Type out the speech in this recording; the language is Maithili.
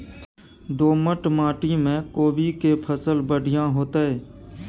दोमट माटी में कोबी के फसल बढ़ीया होतय?